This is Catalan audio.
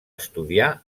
estudiar